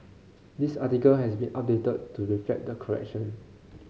this article has been updated to reflect the correction